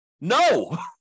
No